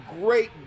great